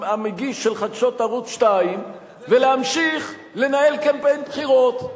המגיש של חדשות ערוץ-2 ולהמשיך לנהל קמפיין בחירות.